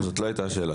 זאת לא הייתה השאלה,